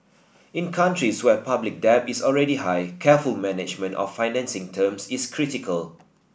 in countries where public debt is already high careful management of financing terms is critical